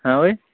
हाँ ओइ